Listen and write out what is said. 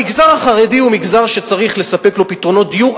המגזר החרדי הוא מגזר שצריך לספק לו פתרונות דיור,